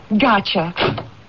Gotcha